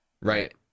Right